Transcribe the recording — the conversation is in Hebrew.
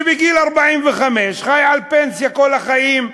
שבגיל 45 חיים על פנסיה לכל החיים,